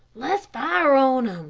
let's fire on